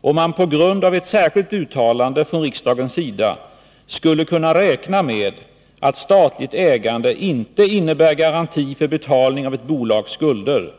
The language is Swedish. om man på grund av ett särskilt uttalande från riksdagens sida skulle kunna räkna med att statligt ägande inte innebär garanti för betalning av ett bolags skulder.